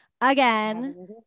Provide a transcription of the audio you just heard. Again